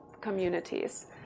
communities